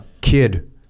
kid